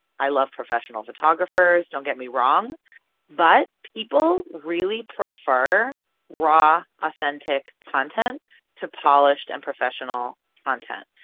i love professional photographers, don't get me wrong but people really prefer raw authentic content to polished and professional content.